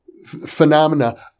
phenomena